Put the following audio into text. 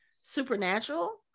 supernatural